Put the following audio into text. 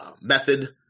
method